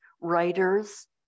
writers